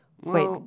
Wait